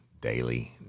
Daily